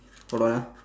hold on ah